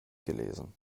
gelesen